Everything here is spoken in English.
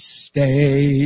stay